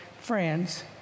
friends